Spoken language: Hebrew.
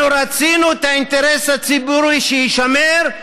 אנחנו רצינו שאינטרס הציבורי יישמר,